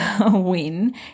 win